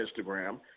Instagram